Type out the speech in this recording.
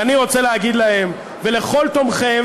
ואני רוצה להגיד להם ולכל תומכיהם,